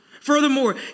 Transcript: Furthermore